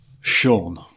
Sean